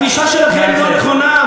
הגישה שלכם לא נכונה,